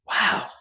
wow